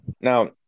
Now